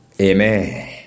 Amen